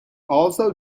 also